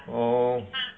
我我